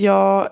Jag